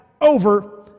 over